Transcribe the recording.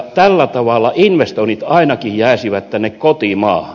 tällä tavalla investoinnit ainakin jäisivät tänne kotimaahan